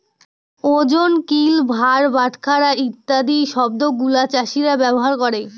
ওজন, কিল, ভার, বাটখারা ইত্যাদি শব্দগুলা চাষীরা ব্যবহার করে